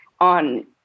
on